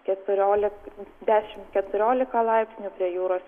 keturiolik dešim keturiolika laipsnių prie jūros